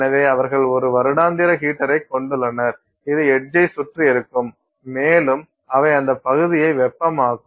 எனவே அவர்கள் ஒரு வருடாந்திர ஹீட்டரைக் கொண்டுள்ளனர் இது எட்ஜய் சுற்றி இருக்கும் மேலும் அவை அந்தப் பகுதியை வெப்பமாக்கும்